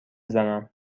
زنم